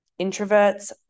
introverts